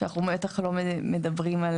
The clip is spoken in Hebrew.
שאנחנו בטח לא מדברים על